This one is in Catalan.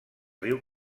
riu